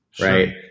right